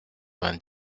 vingt